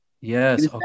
Yes